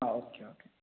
ആ okay okay